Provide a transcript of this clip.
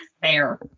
fair